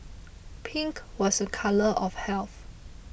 pink was a colour of health